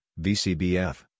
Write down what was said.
VCBF